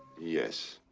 yes.